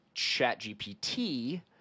ChatGPT